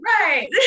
Right